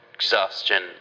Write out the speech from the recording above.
Exhaustion